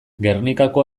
gernikako